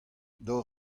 dor